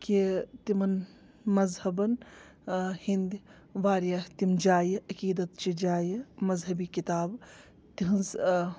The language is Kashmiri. کہِ تِمَن مذہبَن ہٕنٛدۍ واریاہ تِم جایہِ عقیٖدت چہِ جایہِ مذہبی کِتاب تِہٕنٛز